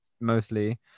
mostly